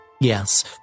Yes